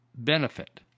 benefit